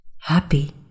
Happy